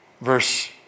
Verse